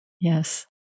Yes